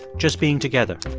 just being together.